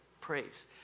praise